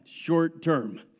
short-term